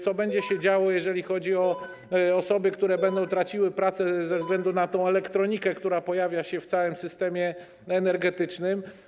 Co będzie się działo, jeżeli chodzi o osoby, które będą traciły pracę ze względu na elektronikę, która pojawia się w całym systemie energetycznym?